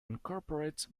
incorporate